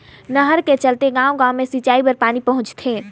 नहर के चलते गाँव गाँव मे सिंचई बर पानी पहुंचथे